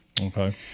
Okay